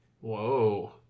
Whoa